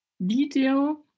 video